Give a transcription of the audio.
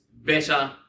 Better